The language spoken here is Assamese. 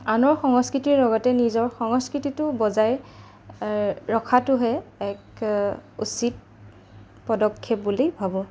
আনৰ সংস্কৃতিৰ লগতে নিজৰ সংস্কৃতিটো বজাই ৰখাটোহে এক উচিত পদক্ষেপ বুলি ভাবোঁ